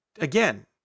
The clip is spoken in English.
Again